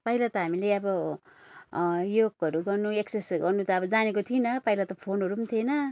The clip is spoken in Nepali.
पहिला त हामीले अब योगहरू गर्नु एक्सर्साइस गर्नु त अब जानेको थिएनौँ पहिला त फोनहरू थिएन